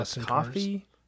coffee